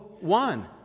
one